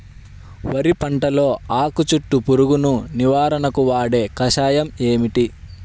వరి పంటలో ఆకు చుట్టూ పురుగును నివారణకు వాడే కషాయం ఏమిటి?